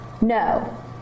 No